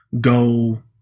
go